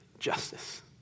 Justice